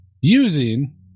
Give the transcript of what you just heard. Using